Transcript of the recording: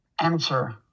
answer